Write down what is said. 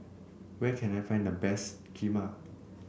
where can I find the best Kheema